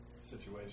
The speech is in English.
situation